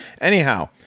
anyhow